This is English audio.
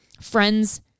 friends